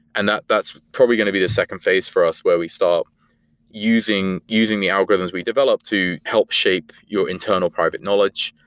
and that's that's probably going to be the second phase for us where we start using using the algorithms we developed to help shape your internal private knowledge.